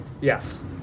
Yes